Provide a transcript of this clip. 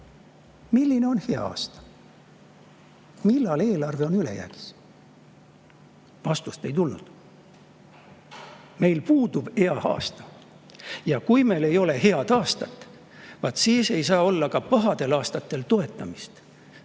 milline on hea aasta, millal eelarve on ülejäägis. Vastust ei tulnud. Meil puudub hea aasta. Kui meil ei ole head aastat, vaat siis ei saa ka pahadel aastatel [majandust]